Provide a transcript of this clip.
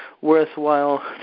worthwhile